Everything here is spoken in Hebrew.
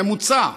לממוצע,